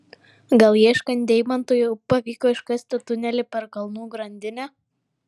gal ieškant deimantų jau pavyko iškasti tunelį per kalnų grandinę